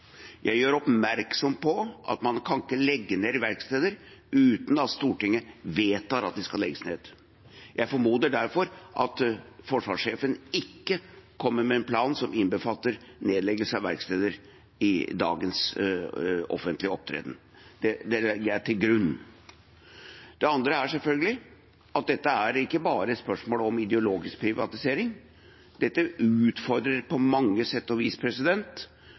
Jeg gjør oppmerksom på at man ikke kan legge ned verksteder uten at Stortinget vedtar at de skal legges ned. Jeg formoder derfor at forsvarssjefen ikke kommer med en plan som innbefatter nedleggelse av verksteder i dagens offentlige opptreden. Det legger jeg til grunn. Det andre er selvfølgelig at dette ikke bare er et spørsmål om ideologisk privatisering, dette utfordrer på mange sett og vis